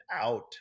out